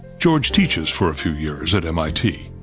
george teaches for a few years at m i t.